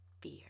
fear